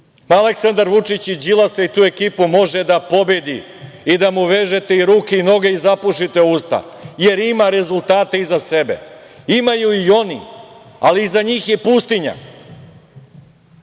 Aleksandar Vučić Đilasa i tu ekipu može da pobedi da mu vežete i ruke i noge i zapušite usta, jer ima rezultate iza sebe. Imaju i oni, ali iza njih je pustinja.